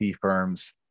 firms